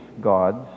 God's